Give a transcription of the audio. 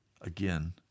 again